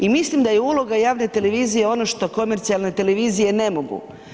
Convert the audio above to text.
I mislim da je uloga javne televizije ono što komercijalne televizije ne mogu.